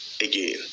again